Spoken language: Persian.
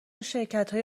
شرکتهای